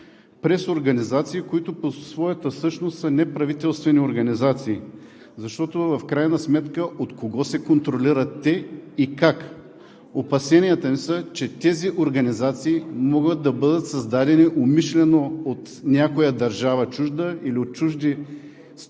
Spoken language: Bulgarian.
през организации, които по своята същност са неправителствени организации. В крайна сметка от кого се контролират те и как? Опасенията ни са, че тези организации могат да бъдат създадени умишлено от някоя чужда държава или от чужди служби,